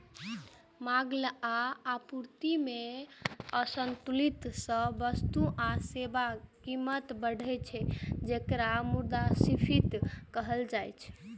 मांग आ आपूर्ति मे असंतुलन सं वस्तु आ सेवाक कीमत बढ़ै छै, जेकरा मुद्रास्फीति कहल जाइ छै